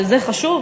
שזה חשוב?